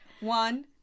one